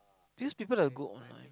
these people are good online